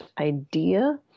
idea